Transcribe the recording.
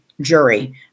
jury